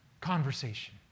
conversation